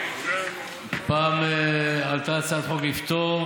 פעם עלתה הצעת חוק לפטור